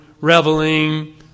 Reveling